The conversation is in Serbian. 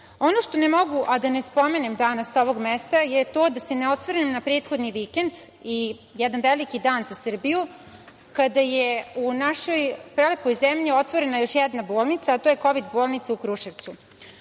što ne mogu a da ne spomenem danas sa ovog mesta je to da se osvrnem na prethodni vikend i jedan veliki dan za Srbiju, kada je u našoj prelepoj zemlji otvorena još jedna bolnica, a to je Kovid bolnica u Kruševcu. Svesni